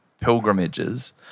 pilgrimages